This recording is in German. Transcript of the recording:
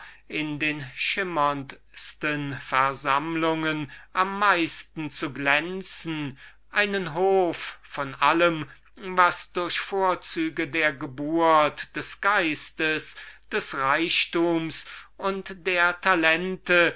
in den schimmerndsten versammlungen am meisten zu glänzen einen hof von allem was durch vorzüge der geburt des geistes des reichtums und der talente